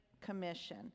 Commission